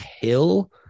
Hill